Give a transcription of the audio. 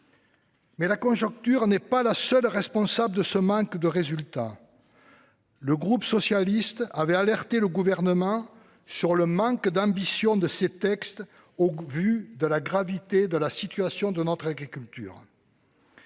Mais la conjoncture n'est pas la seule responsable de ce manque de résultats. Le groupe socialiste avait alerté le Gouvernement sur le manque d'ambition de ces textes au vu de la gravité de la situation de notre agriculture.